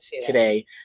today